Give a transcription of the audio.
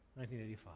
1985